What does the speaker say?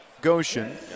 Goshen